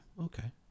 Okay